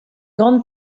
grande